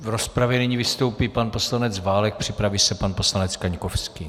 V rozpravě nyní vystoupí pan poslanec Válek a připraví se pan poslanec Kaňkovský.